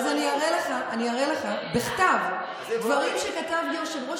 אז אני אראה לך בכתב דברים שכתב יושב-ראש